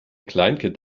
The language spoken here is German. kleinkind